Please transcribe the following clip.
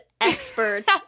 expert